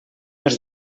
els